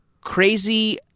Crazy